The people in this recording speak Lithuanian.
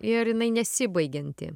ir jinai nesibaigianti